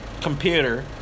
computer